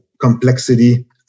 complexity